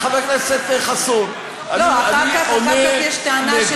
חבר הכנסת חסון, לא, אחר כך יש טענה שלא עונים.